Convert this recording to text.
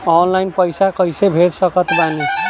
Online पैसा कैसे भेज सकत बानी?